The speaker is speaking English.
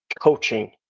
Coaching